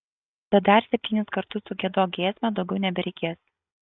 tad dar septynis kartus sugiedok giesmę daugiau nebereikės